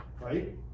Right